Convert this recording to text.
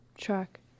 track